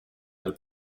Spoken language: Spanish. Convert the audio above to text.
del